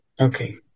okay